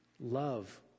love